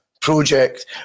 project